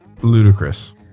Ludicrous